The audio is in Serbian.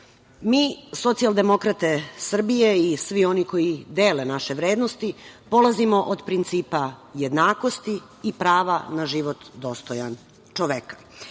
socijaldemokrate Srbije, i svi oni koji dele naše vrednosti polazimo od principa jednakosti i prava na život dostojan čoveka.